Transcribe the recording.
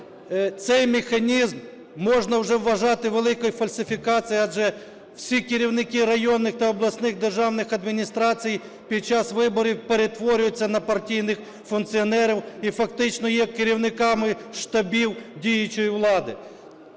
цей механізм можна вже вважати великою фальсифікацією, адже всі керівники районних та обласних державних адміністрацій під час виборів перетворюються на партійних функціонерів і фактично є керівниками штабів діючої влади.